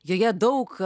joje daug